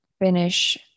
finish